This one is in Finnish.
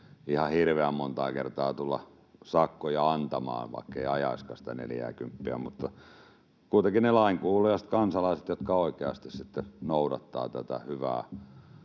ihan hirveän montaa kertaa tulla sakkoja antamaan, vaikkei ajaisikaan sitä neljääkymppiä, mutta kuitenkin ne lainkuuliaiset kansalaiset oikeasti sitten noudattavat tätä hyvää